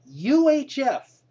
UHF